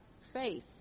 faith